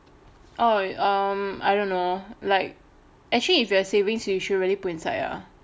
oh um I don't know like actually if you have savings you should really put inside ah